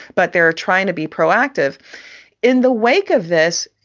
but they are trying to be proactive in the wake of this.